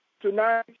tonight